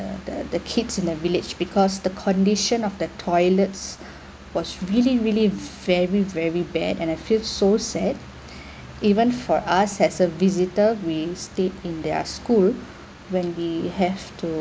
the the kids in the village because the condition of the toilets was really really very very bad and I feel so sad even for us as a visitor we stayed in their school when we have to